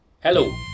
Hello